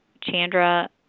Chandra